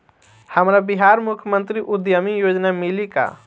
हमरा बिहार मुख्यमंत्री उद्यमी योजना मिली का?